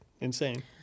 insane